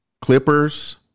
Clippers